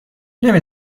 نمی